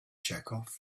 chekhov